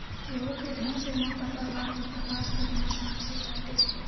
केहू के ढंग से ना पता बा कि कपास केतना समय से बाटे